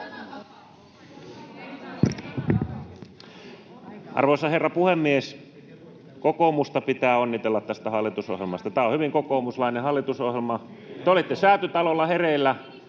Arvoisa herra puhemies! Kokoomusta pitää onnitella tästä hallitusohjelmasta. Tämä on hyvin kokoomuslainen hallitusohjelma. Te olitte Säätytalolla hereillä